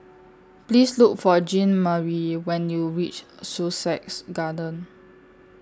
Please Look For Jeanmarie when YOU REACH Sussex Garden